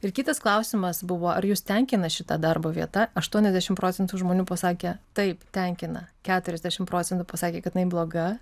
ir kitas klausimas buvo ar jus tenkina šita darbo vieta aštuoniasdešimt procentų žmonių pasakė taip tenkina keturiasdešimt procentų pasakė kad jinai bloga